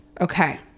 Okay